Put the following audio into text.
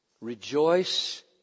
Rejoice